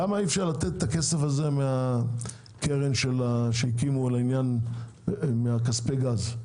למה אי אפשר לתת את הכסף הזה מהקרן שהקימו לעניין מכספי גז?